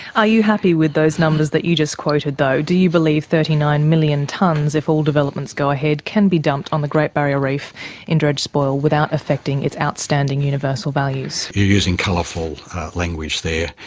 are you happy with those numbers that you just quoted though? do you believe thirty nine million tonnes, if all developments go ahead, can be dumped on the great barrier reef in dredge spoil without affecting its outstanding universal values? you're using colourful language there.